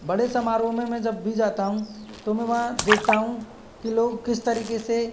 बड़े समारोह में मैं जब भी जाता हूँ तो मैं वहाँ देखता हूँ कि लोग किस तरीके से